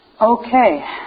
Okay